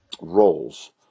roles